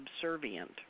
subservient